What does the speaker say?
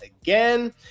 again